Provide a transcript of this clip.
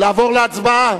לעבור להצבעה?